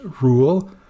rule